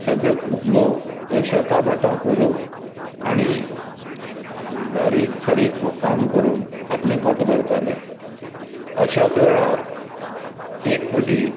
सगळेंच लोक हे शेता भाटां करून आनी बारीक सारीक काम करून आपलें पोट भरताले अश्याच वेळार एक फावटी